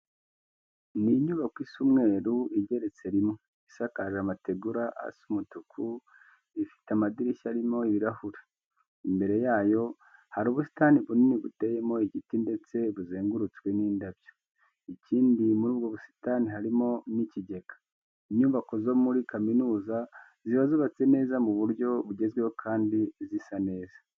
Ni inyubako isa umweru igeretse rimwe, isakaje amategura asa umutuku, ifite amadirishya arimo ibirahure. Imbere yayo hari ubusitani bunini buteyemo igiti ndetse buzengurutswe n'indabyo, ikindi muri ubwo busitani harimo n'ikigega. Inyubako zo muri kaminuza ziba zubatse neza mu buryo bugezweho kandi zisa neza.